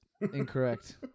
Incorrect